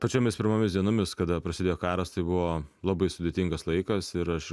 pačiomis pirmomis dienomis kada prasidėjo karas tai buvo labai sudėtingas laikas ir aš